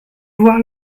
voir